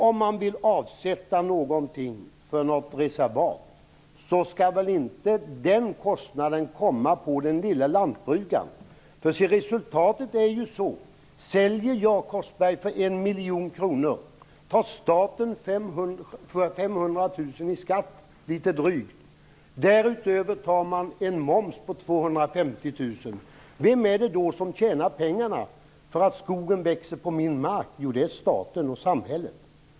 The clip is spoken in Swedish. Om man nu vill avsätta någonting för något reservat, skall väl inte kostnaden ankomma på den lille lantbrukaren. Resultatet är ju, Ronny Korsberg, att om jag säljer för 1 miljon kronor, får jag betala litet drygt 500 000 kr i skatt. Därutöver tas det ut en moms på 250 000 kr. Vem är det då som tjänar pengar på att skogen växer på min mark? Jo, det är staten och samhället.